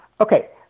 Okay